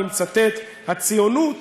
אני מצטט: הציונות